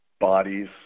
bodies